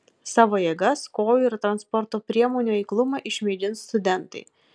savo jėgas kojų ir transporto priemonių eiklumą išmėgins studentai